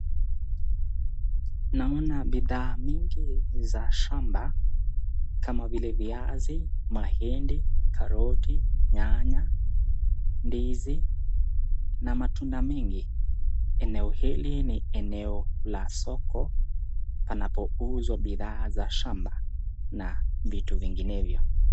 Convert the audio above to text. Naona bidhaa mingi za shamba, kama vile viazi mahindi, karoti, nyanya, ndizi na matunda mingi, eneo hili ni eneo la soko wanapouzwa bidhaa za shamba na vitu vingenevyo.